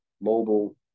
mobile